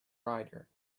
rider